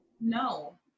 no